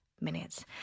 minutes